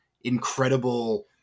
incredible